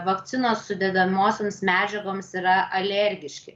vakcinos sudedamosioms medžiagoms yra alergiški